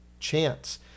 chance